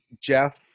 Jeff